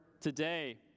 today